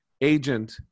agent